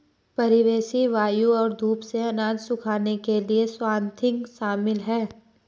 परिवेशी वायु और धूप से अनाज सुखाने के लिए स्वाथिंग शामिल है